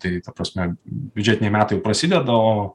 tai ta prasme biudžetiniai metai prasideda o